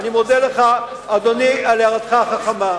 אני מודה לך, אדוני, על הערתך החכמה.